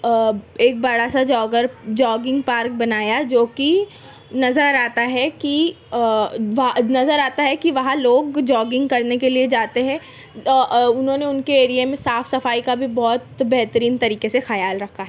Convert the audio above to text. ایک بڑا سا جاگر جاگنگ پارک بنایا جو کہ نظر آتا ہے کہ نظر آتا ہے کہ وہاں لوگ جاگنگ کرنے کے لیے جاتے ہیں انہوں نے ان کے ایریے میں صاف صفائی کا بھی بہت بہترین طریقے سے خیال رکھا ہے